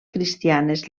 cristianes